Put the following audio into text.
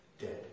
dead